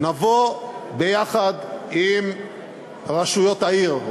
נבוא ביחד עם רשויות העיר,